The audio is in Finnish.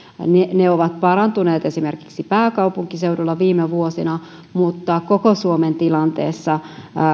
ne ovat parantuneet esimerkiksi pääkaupunkiseudulla viime vuosina mutta koko suomen tilanteessa